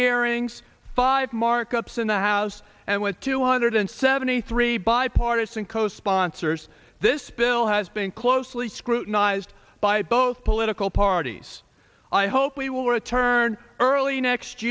hearings five markups in the house and with two hundred seventy three bipartisan co sponsors this bill has been closely scrutinized by both political parties i hope we will return early next